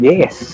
Yes